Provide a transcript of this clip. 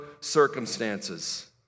circumstances